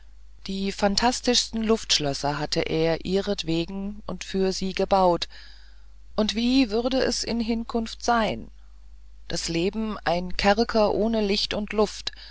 die phantastischsten luftschlösser hatte er ihretwegen und für sie gebaut und wie würde es in hinkunft sein das leben ein kerker ohne licht und luft